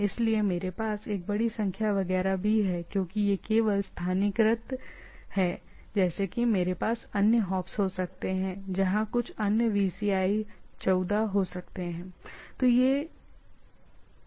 इसलिए मेरे पास एक बड़ी संख्या वगैरह भी नहीं है क्योंकि यह केवल स्थानीयकृत है जैसे कि मेरे पास अन्य हॉप्स हो सकते हैं जहां कुछ अन्य VCI 14 हो सकते हैं सैद्धांतिक रूप से सही